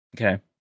okay